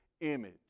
image